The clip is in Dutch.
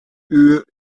uur